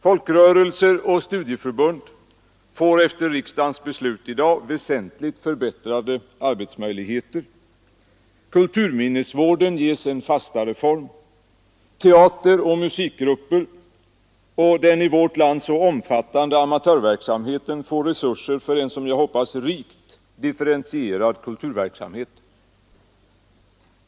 Folkrörelser och studieförbund får efter riksdagens beslut i dag väsentligt förbättrade arbetsmöjligheter. Kulturminnesvården ges en fastare form. Teateroch musikgrup per och den i vårt land så omfattande amatörverksamheten får resurser för en som jag hoppas rikt differentierad kulturverksamhet.